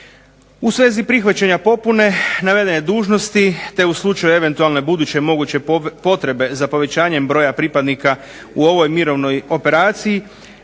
U svezi prihvaćanja popune navedene dužnosti te u slučaju eventualne buduće moguće potrebe za povećanjem broja pripadnika u ovoj mirovnoj operaciji